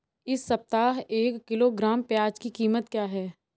इस सप्ताह एक किलोग्राम प्याज की कीमत क्या है?